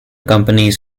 companies